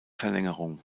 verlängerung